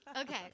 Okay